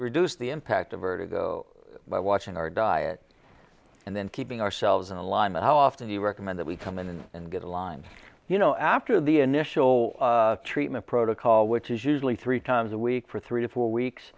reduce the impact of vertigo by watching our diet and then keeping ourselves in line and how often do you recommend that we come in and get a line you know after the initial treatment protocol which is usually three times a week for three to four weeks